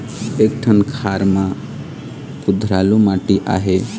एक ठन खार म कुधरालू माटी आहे?